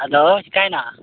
ᱟᱫᱚ ᱪᱮᱠᱟᱭᱮᱱᱟ